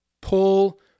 pull